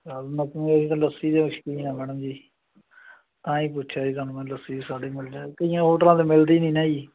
ਲੱਸੀ ਦੇ ਵੀ ਸ਼ੌਕੀਨ ਆ ਮੈਡਮ ਜੀ ਤਾਂ ਹੀ ਪੁੱਛਿਆ ਜੀ ਤੁਹਾਨੂੰ ਮੈਂ ਲੱਸੀ ਸਾਡੇ ਮਿਲ ਜਾਂਦੀ ਕਈਆਂ ਹੋਟਲਾਂ 'ਤੇ ਮਿਲਦੀ ਨਹੀਂ ਨਾ ਜੀ